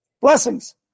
Blessings